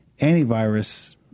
antivirus